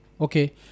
okay